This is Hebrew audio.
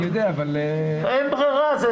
אין ברירה.